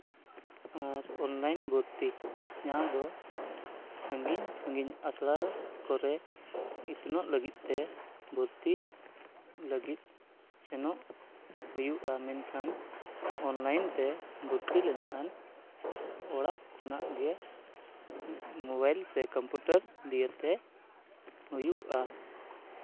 ᱟᱨ online ᱵᱷᱚᱨᱛᱤ ᱡᱟᱦᱟᱸ ᱫᱚ ᱥᱟᱺᱜᱤᱧ ᱥᱟᱺᱜᱤᱧ ᱟᱥᱲᱟ ᱠᱚᱨᱮ ᱤᱛᱩᱱᱚᱜ ᱞᱟᱹᱜᱤᱫ ᱛᱮ ᱵᱷᱩᱨᱛᱤ ᱞᱟᱹᱜᱤᱫ ᱥᱮᱱᱚᱜ ᱦᱩᱭᱩᱜᱼᱟ ᱢᱮᱱᱠᱷᱟᱱ ᱚᱱᱞᱟᱭᱤᱱ ᱛᱮ ᱵᱷᱩᱨᱛᱤ ᱞᱮᱱᱠᱷᱟᱱ ᱚᱲᱟᱜ ᱠᱷᱚᱱᱟᱜ ᱜᱮ ᱢᱳᱵᱟᱭᱤᱞ ᱥᱮ ᱠᱚᱢᱯᱩᱴᱟᱨ ᱫᱤᱭᱮᱛᱮ ᱦᱩᱭᱩᱜᱼᱟ